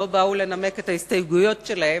שלא באו לנמק את ההסתייגויות שלהם,